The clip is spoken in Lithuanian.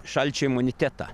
šalčio imunitetą